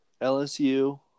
LSU